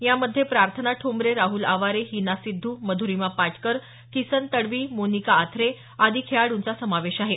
यामध्ये प्रार्थना ठोंबरे राहुल आवारे हिना सिद्ध मध्रिमा पाटकर किसन तडवी मोनिका आथरे आदी खेळाडूंचा समावेश आहे